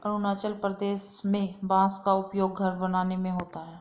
अरुणाचल प्रदेश में बांस का उपयोग घर बनाने में होता है